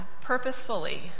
purposefully